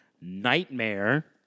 Nightmare